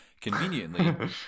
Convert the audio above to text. conveniently